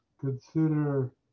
consider